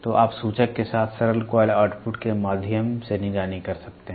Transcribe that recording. तो आप सूचक के साथ सरल कॉइल आउटपुट के माध्यम से निगरानी कर सकते हैं